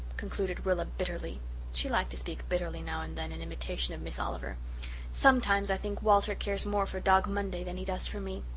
concluded rilla bitterly she liked to speak bitterly now and then in imitation of miss oliver sometimes i think walter cares more for dog monday than he does for me.